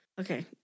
Okay